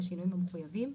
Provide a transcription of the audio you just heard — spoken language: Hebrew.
בשינויים המחויבים,